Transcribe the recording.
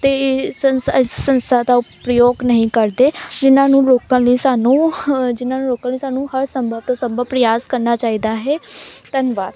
ਅਤੇ ਸੰਸ ਅ ਸੰਸਥਾ ਦਾ ਪ੍ਰਯੋਗ ਨਹੀਂ ਕਰਦੇ ਜਿਨਾਂ ਨੂੰ ਰੋਕਣ ਲਈ ਸਾਨੂੰ ਹ ਜਿਨ੍ਹਾਂ ਨੂੰ ਰੋਕਣ ਲਈ ਸਾਨੂੰ ਹਰ ਸੰਭਵ ਤੋਂ ਸੰਭਵ ਪਰਿਆਸ ਕਰਨਾ ਚਾਹੀਦਾ ਹੈ ਧੰਨਵਾਦ